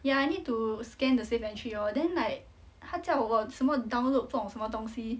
ya I need to scan the safe entry lor then like 它叫我 download 不懂什么东西